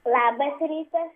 labas rytas